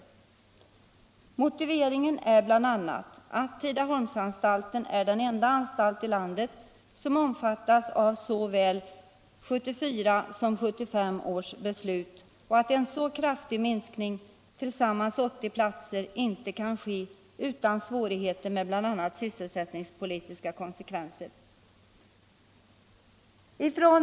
Motiveringen är bl.a. att Tidaholmsanstalten är den enda anstalt i landet som omfattas av såväl 1974 som 1975 års beslut och att en så kraftig minskning — tillsammans gäller det 80 platser — inte kan ske utan svårigheter. Den får bl.a. sysselsättningspolitiska konsekvenser, säger man.